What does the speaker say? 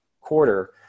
quarter